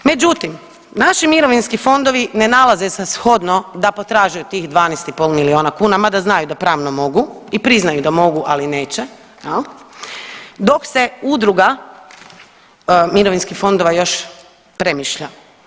Međutim, naši mirovinski fondovi ne nalaze za shodno da potražuju tih 12,5 milijuna kuna, mada znaju da pravno mogu i priznaju da mogu, ali neće, je li, dok se udruga mirovinskih fondova još premišlja.